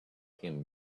him